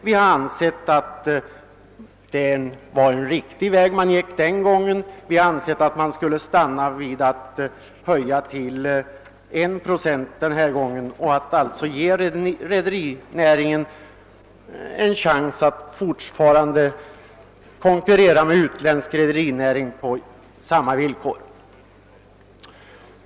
Vi har ansett att den väg vi den gången gick var riktig och att höjningen denna gång bör stanna vid en avgift på 1 procent, så att rederinäringen får en chans att fortsätta att konkurrera med utländsk rederinäring.